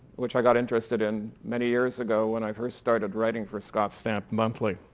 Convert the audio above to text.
which i got interested in many years ago when i first started writing for scott stamp monthly.